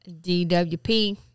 DWP